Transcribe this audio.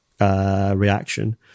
reaction